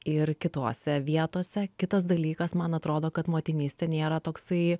ir kitose vietose kitas dalykas man atrodo kad motinystė nėra toksai